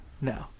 No